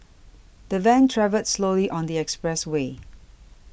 the van travelled slowly on the expressway